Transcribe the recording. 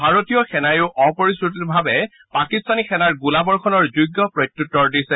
ভাৰতীয় সেনাইয়ো অপ্ৰৰোচিতভাৱে পাকিস্তানী সেনাৰ গোলাবৰ্ষণৰ যোগ্য প্ৰত্যুত্তৰ দিছে